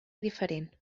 diferent